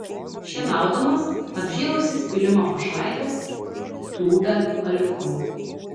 šienaudamas apžėlusias pylimo pašlaites tūbę palikau